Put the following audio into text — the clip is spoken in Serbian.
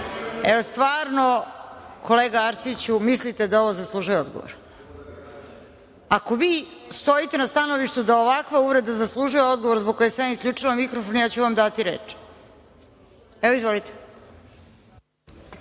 Jel stvarno, kolega Arsiću, mislite da ovo zaslužuje odgovor? Ako vi stojite na stanovištu da ovakva uvreda zaslužuje odgovor zbog koje sam ja isključila mikrofon, ja ću vam dati reč. Izvolite.